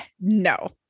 No